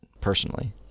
personally